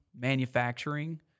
manufacturing